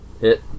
Hit